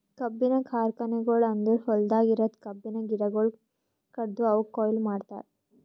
ಕಬ್ಬಿನ ಕಾರ್ಖಾನೆಗೊಳ್ ಅಂದುರ್ ಹೊಲ್ದಾಗ್ ಇರದ್ ಕಬ್ಬಿನ ಗಿಡಗೊಳ್ ಕಡ್ದು ಅವುಕ್ ಕೊಯ್ಲಿ ಮಾಡ್ತಾರ್